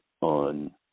on